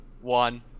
one